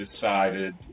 decided